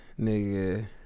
nigga